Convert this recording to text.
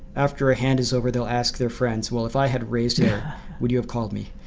after a hand is over they'll ask their friends, well, if i had raised would you have called me?